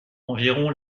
environ